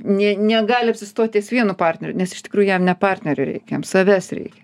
nė negali apsistot ties vienu partneriu nes iš tikrųjų jam ne partnerio reikia jam savęs reikia